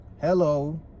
hello